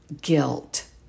guilt